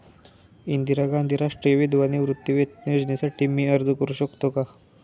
इंदिरा गांधी राष्ट्रीय विधवा निवृत्तीवेतन योजनेसाठी मी अर्ज करू शकतो?